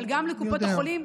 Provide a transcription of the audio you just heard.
אבל גם לקופות החולים,